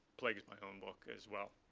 plagues my own book as well.